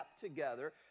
together